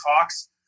talks